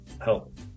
help